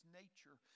nature